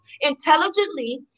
intelligently